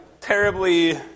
terribly